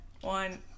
One